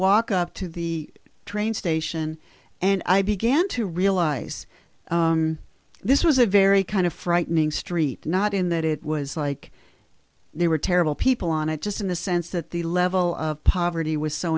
walk up to the train station and i began to realize this was a very kind of frightening street not in that it was like they were terrible people on it just in the sense that the level of poverty w